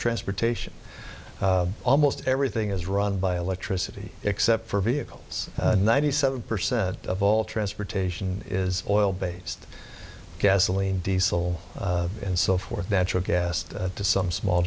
transportation almost everything is run by electricity except for vehicles ninety seven percent of all transportation is oil based gasoline diesel and so forth natural gas to some small